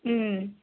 उम्